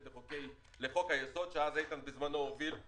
לחוק היסוד שאיתן גינזבורג בזמנו הוביל,